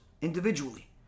individually